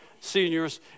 seniors